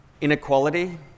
Inequality